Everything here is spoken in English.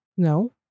No